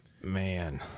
Man